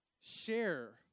share